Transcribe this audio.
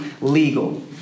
legal